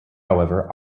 however